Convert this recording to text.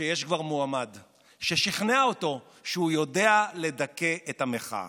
שיש כבר מועמד ששכנע אותו שהוא יודע לדכא את המחאה.